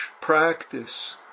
practice